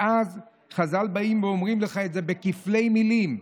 ואז חז"ל באים ואומרים לך את זה בכפלי מילים,